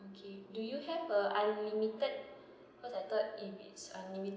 okay do you have a unlimited because I thought if it's unlimi~